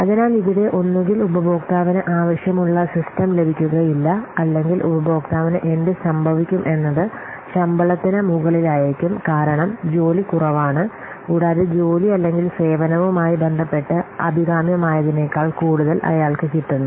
അതിനാൽ ഇവിടെ ഒന്നുകിൽ ഉപഭോക്താവിന് ആവശ്യമുള്ള സിസ്റ്റം ലഭിക്കുകയില്ല അല്ലെങ്കിൽ ഉപഭോക്താവിന് എന്ത് സംഭവിക്കും എന്നത് ശമ്പളത്തിന് മുകളിലായിരിക്കും കാരണം ജോലി കുറവാണ് കൂടാതെ ജോലി അല്ലെങ്കിൽ സേവനവുമായി ബന്ധപ്പെട്ട് അഭികാമ്യമായതിനേക്കാൾ കൂടുതൽ അയാൾക്ക് കിട്ടുന്നു